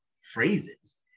phrases